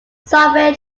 software